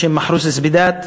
בשם מחרוס זבידאת.